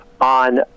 on